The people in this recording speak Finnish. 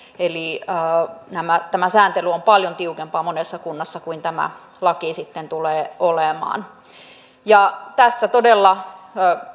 eli tämä sääntely on paljon tiukempaa monessa kunnassa kuin tämä laki sitten tulee olemaan tässä todella